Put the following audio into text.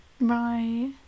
Right